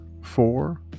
four